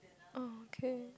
okay